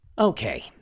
Okay